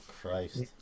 Christ